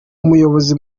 umuyobozi